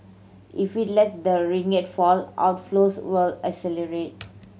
if it lets the ringgit fall outflows will accelerate